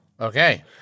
Okay